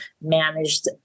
managed